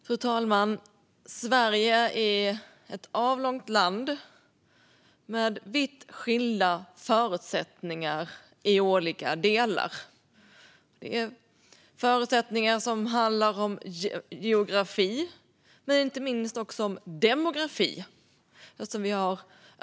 Fru talman! Sverige är ett avlångt land med vitt skilda förutsättningar i olika delar. Det handlar om geografi och inte minst om demografi.